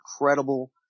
Incredible